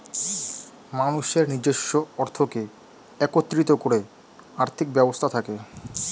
মানুষের নিজস্ব অর্থকে একত্রিত করে আর্থিক ব্যবস্থা থাকে